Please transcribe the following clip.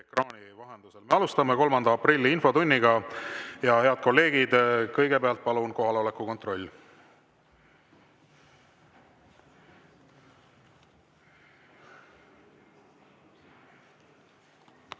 Me alustame 3. aprilli infotundi. Head kolleegid, kõigepealt palun kohaloleku kontroll!